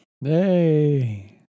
Hey